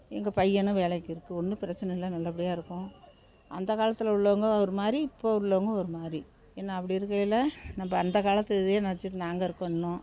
எங்கள் பையனும் வேலைக்கு இருக்குது ஒன்றும் பிரச்சனை இல்லை நல்லபடியாக இருக்கோம் அந்தக் காலத்தில் உள்ளவங்க ஒரு மாதிரி இப்போ உள்ளவங்க ஒரு மாதிரி என்ன அப்படி இருக்கையில் நம்ம அந்தக் காலத்து இதையே நெனைச்சிக்கிட்டு நாங்கள் இருக்கோம் இன்னும்